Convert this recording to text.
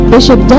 Bishop